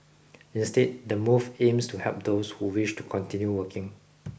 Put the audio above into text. instead the move aims to help those who wish to continue working